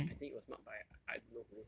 I think it was marked by I don't know who